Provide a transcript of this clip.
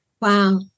Wow